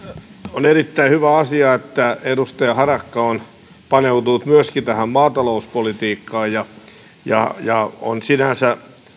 on erittäin hyvä asia että edustaja harakka on paneutunut myöskin tähän maatalouspolitiikkaan ja ja on sinänsä